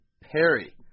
Perry